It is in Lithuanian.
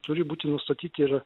turi būti nustatyti ir